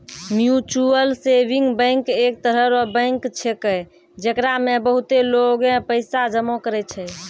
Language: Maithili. म्यूचुअल सेविंग बैंक एक तरह रो बैंक छैकै, जेकरा मे बहुते लोगें पैसा जमा करै छै